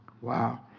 Wow